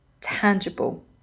tangible